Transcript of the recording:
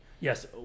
Yes